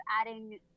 adding